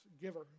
giver